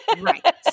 right